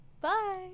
Bye